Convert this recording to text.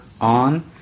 on